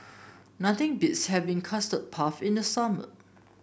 nothing beats having Custard Puff in the summer